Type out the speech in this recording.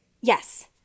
Yes